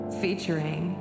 featuring